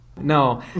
No